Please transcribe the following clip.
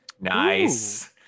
nice